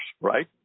right